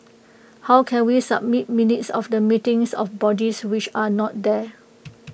how can we submit minutes of the meetings of bodies which are not there